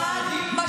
גם חרדים?